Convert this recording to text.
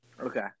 Okay